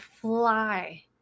fly